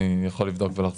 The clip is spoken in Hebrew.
אני יכול לבדוק ולחזור אליכם.